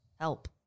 help